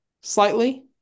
slightly